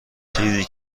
چیزی